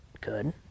good